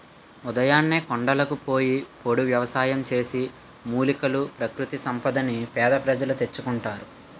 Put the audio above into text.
ఉదయాన్నే కొండలకు పోయి పోడు వ్యవసాయం చేసి, మూలికలు, ప్రకృతి సంపదని పేద ప్రజలు తెచ్చుకుంటారు